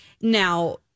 Now